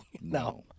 No